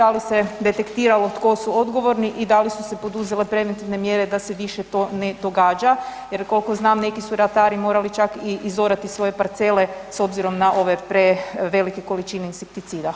Da li se detektiralo tko su odgovorni i da li su se poduzele preventivne mjere da se više to ne događa jer koliko znam nek su atari morali čak i izorati svoje parcele s obzirom na ove prevelike količine insekticida?